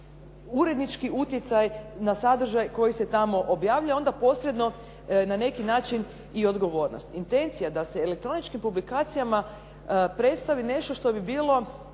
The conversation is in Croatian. urednički utjecaj na sadržaj koji se tamo objavljuje, onda posredno na neki način i odgovornost. Intencija da se elektroničkim publikacijama predstavi nešto što bi bilo